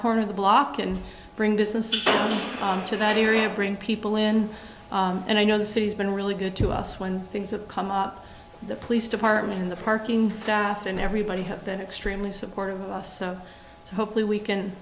corner of the block and bring business to that area and bring people in and i know the city's been really good to us when things have come up the police department in the parking staff and everybody has been extremely supportive of us so hopefully we can